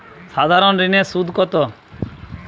সাধারণ ঋণের সুদ কত?